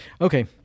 okay